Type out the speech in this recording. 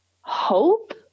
hope